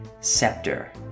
scepter